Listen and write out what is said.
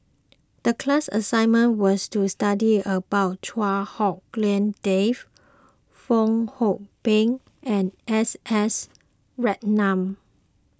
the class assignment was to study about Chua Hak Lien Dave Fong Hoe Beng and S S Ratnam